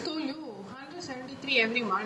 I just told you hundred and seventy three every month